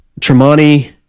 Tremonti